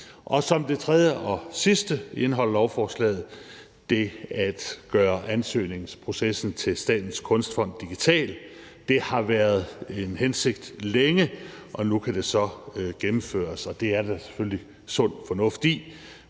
Som det tredje og sidste indeholder lovforslaget det at gøre ansøgningsprocessen til Statens Kunstfond digital. Det har været en hensigt længe, og nu kan det så gennemføres, og det er der selvfølgelig sund fornuft i,